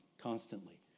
constantly